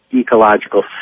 ecological